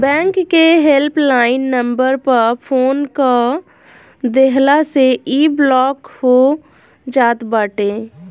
bank के help line number पअ phone कअ देहला से इ ब्लाक हो जात बाटे